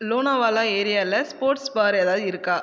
லோனாவாலா ஏரியாவில் sports bar ஏதாவது இருக்கா